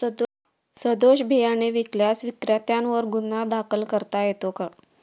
सदोष बियाणे विकल्यास विक्रेत्यांवर गुन्हा दाखल करता येतो का?